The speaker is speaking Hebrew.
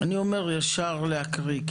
אפשר ישר להקריא.